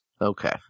Okay